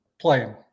Playing